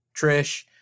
Trish